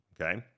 okay